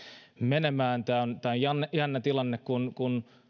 menemään tämä on jännä tilanne kun kun